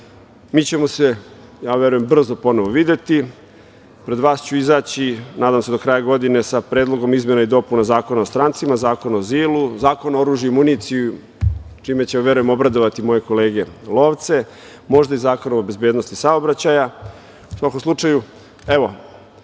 ćemo se, verujem, brzo ponovo videti. Pred vas ću izaći, nadam se do kraja godine, sa Predlogom izmena i dopuna Zakona o strancima, Zakon o azilu, Zakon o oružju i municiji, čime ću, verujem, obradovati moje kolege lovce, možda i Zakon o bezbednosti saobraćaja. Proveli smo jedan